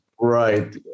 right